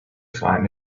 find